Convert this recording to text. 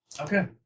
Okay